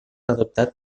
adoptat